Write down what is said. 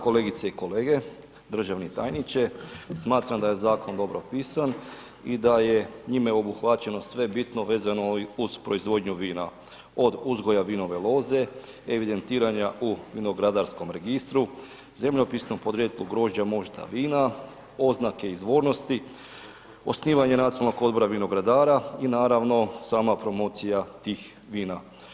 Kolegice i kolege, državni tajniče, smatram da je zakon dobro pisan i da je njime obuhvaćeno sve bitno vezano uz proizvodnju vina od uzgoja vinove loze, evidentiranja u vinogradarskom registru, zemljopisnom podrijetlu grožđa, mošta, vina, oznake izvornosti, osnivanje nacionalnog odbora vinograda i naravno, sama promocija tih vina.